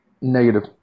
Negative